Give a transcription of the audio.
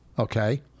Okay